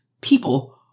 people